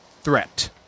threat